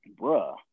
Bruh